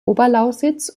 oberlausitz